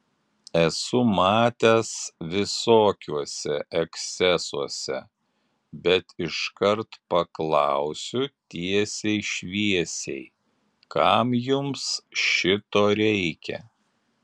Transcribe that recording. esu matęs visokiuose ekscesuose bet iškart paklausiu tiesiai šviesiai kam jums šito reikia